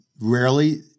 rarely